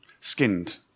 Skinned